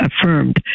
affirmed